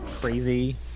crazy